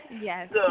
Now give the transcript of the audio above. Yes